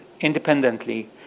independently